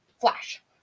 flash